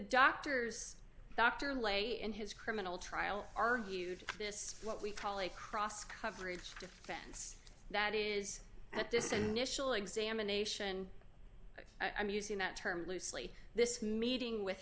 doctors dr lay in his criminal trial argued this what we call a cross coverage defense that is at this initial examination i'm using that term loosely this meeting with